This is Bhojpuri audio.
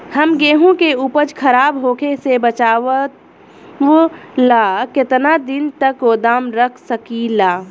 हम गेहूं के उपज खराब होखे से बचाव ला केतना दिन तक गोदाम रख सकी ला?